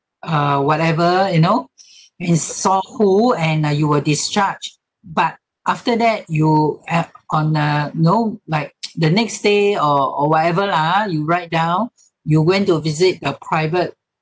uh whatever you know in sohu and uh you were discharged but after that you add on uh know like the next day or or whatever lah ah you write down you went to visit a private